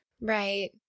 right